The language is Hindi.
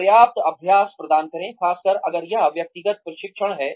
पर्याप्त अभ्यास प्रदान करें खासकर अगर यह व्यक्तिगत प्रशिक्षण है